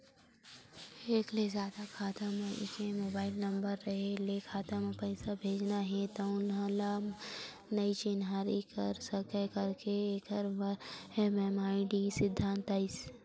एक ले जादा खाता म एके मोबाइल नंबर रेहे ले खाता म पइसा भेजना हे तउन ल नइ चिन्हारी कर सकय एखरे बर एम.एम.आई.डी सिद्धांत आइस